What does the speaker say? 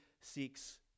seeks